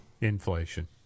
inflation